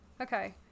okay